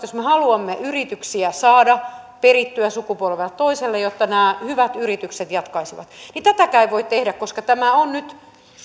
jos oikeudenmukaisesti haluamme yrityksiä saada perittyä sukupolvelta toiselle jotta nämä hyvät yritykset jatkaisivat niin tätäkään ei voi tehdä koska tämä viideskymmenesviides pykälä on nyt